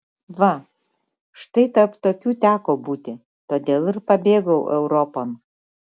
va štai tarp tokių teko būti todėl ir pabėgau europon